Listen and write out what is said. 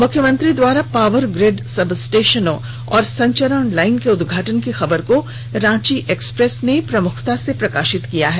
मुख्यमंत्री द्वारा power grid सबस्टेशनों और संचरण लाईन के उद्घाटन की खबर को रांची एक्सप्रेस ने प्रमुखता से प्रकाशित किया है